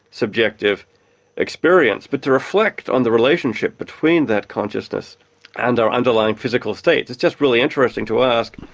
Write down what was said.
subjective experience. but to reflect on the relationship between that consciousness and our underlying physical state is just really interesting to ask,